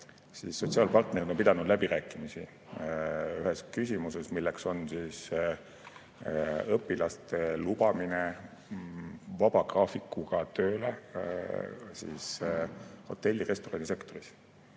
siis sotsiaalpartnerid on pidanud läbirääkimisi ühes küsimuses, milleks on õpilaste lubamine vaba graafikuga tööle hotelli‑ ja restoranisektorisse.